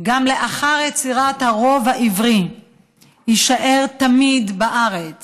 "גם לאחר יצירת הרוב העברי יישאר תמיד בארץ